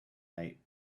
night